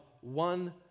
one